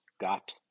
got